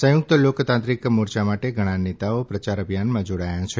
સંયુક્ત લોકતાંત્રિક મોરચા માટે ઘણાં નેતાઓ પ્રચાર અભિયાનમાં જોડાયા છે